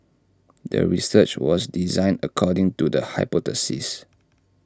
the research was designed according to the hypothesis